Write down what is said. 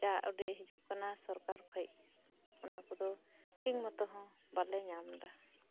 ᱡᱟᱩᱰᱤᱡ ᱦᱤᱡᱩᱜ ᱠᱟᱱᱟ ᱥᱚᱨᱠᱟᱨ ᱠᱷᱚᱡ ᱚᱱᱟ ᱠᱚᱫ ᱴᱷᱤᱠ ᱢᱚᱛᱚ ᱦᱚᱸ ᱵᱟᱞᱮ ᱧᱟᱢ ᱮᱫᱟ